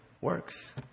works